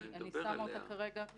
אני שמה אותה כרגע בצד.